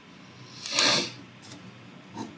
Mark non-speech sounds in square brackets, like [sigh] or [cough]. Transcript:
[noise]